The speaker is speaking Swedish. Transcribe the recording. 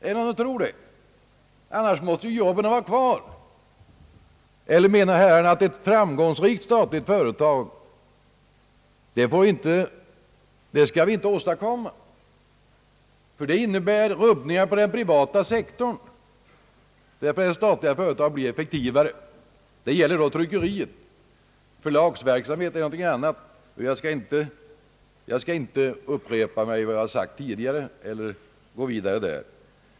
Eller menar herrarna att vi inte skall åstadkomma ett framgångsrikt statligt företag därför att det innebär rubbningar på den privata sektorn därför att det statliga företaget blir överlägset? Detta gäller tryckeriverksamheten. Förlagsverksamhet är någonting annat, och jag skall inte upprepa vad jag tidigare sagt eller gå vidare när det gäller denna fråga.